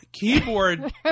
keyboard